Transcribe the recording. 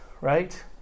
right